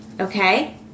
okay